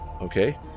okay